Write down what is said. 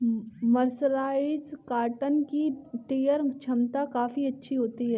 mercerised cotton की tear छमता काफी अच्छी होती है